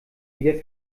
wieder